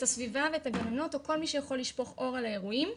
הסביבה ואת הגננות או כל מי שיכול לשפוך אור על האירועים,